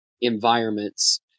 environments